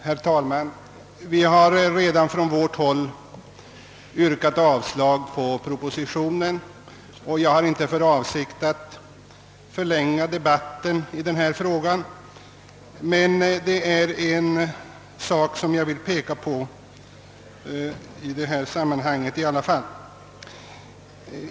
Herr talman! Vi har redan från vårt håll yrkat avslag på propositionen, och jag har inte för avsikt att förlänga debatten i denna fråga. Men det är en sak som jag vill peka på i detta sammanhang.